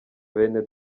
bene